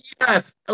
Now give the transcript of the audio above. Yes